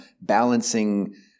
balancing